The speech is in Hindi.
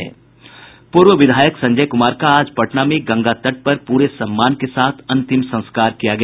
पूर्व विधायक संजय कुमार का आज पटना में गंगा तट पर पूरे सम्मान के साथ अंतिम संस्कार किया गया